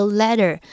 letter